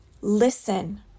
Listen